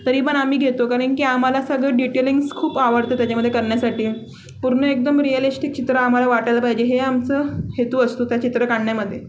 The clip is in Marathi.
तरी पण आम्ही घेतो कारण की आम्हाला सगळं डिटेलिंग्ज खूप आवडतं त्याच्यामधे करण्यासाठी पूर्ण एकदम रिअलिष्टीक चित्र आम्हाला वाटायला पाहिजे हे आमचं हेतू असतो त्या चित्र काढण्यामधे